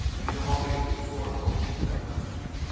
these are all basically portals into that one machine.